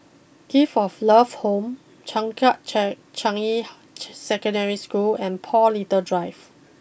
Gift of love Home Changkat Changi Secondary School and Paul little Drive